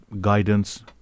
guidance